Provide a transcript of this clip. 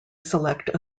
select